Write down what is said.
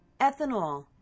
ethanol